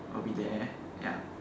I'll be there ya